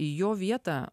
į jo vietą